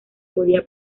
podía